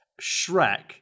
Shrek